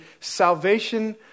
salvation